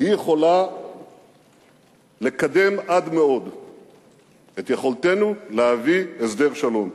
יכולה לקדם עד מאוד את יכולתנו להביא הסדר שלום.